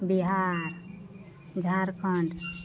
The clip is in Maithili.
बिहार झारखण्ड